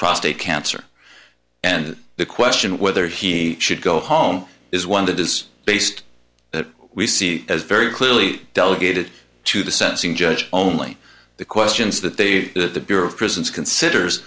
prostate cancer and the question whether he should go home is one that is based that we see as very clearly delegated to the sentencing judge only the questions that they that the bureau of prisons considers